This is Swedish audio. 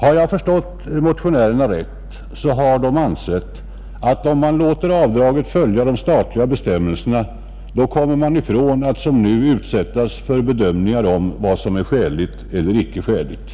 Har jag förstått motionärerna rätt anser de, att om man låter avdraget följa de statliga bestämmelserna kommer man ifrån bedömningarna av vad som är skäligt eller icke skäligt.